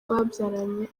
babyaranye